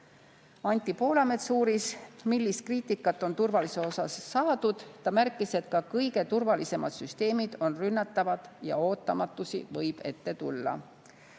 Anti Poolamets uuris, millist kriitikat on turvalisuse kohta saadud. Ta märkis, et ka kõige turvalisemad süsteemid on rünnatavad ja ootamatusi võib ette tulla.